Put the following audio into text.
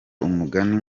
umugani